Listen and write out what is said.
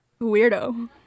weirdo